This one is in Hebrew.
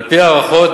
על-פי הערכות,